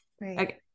Right